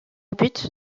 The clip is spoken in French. but